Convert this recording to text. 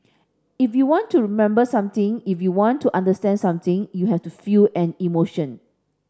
if you want to remember something if you want to understand something you have to feel an emotion